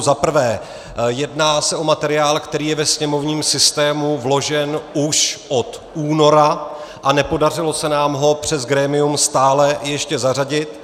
Za prvé, jedná se o materiál, který je ve sněmovním systému vložen už od února, a nepodařilo se nám ho přes grémium stále ještě zařadit.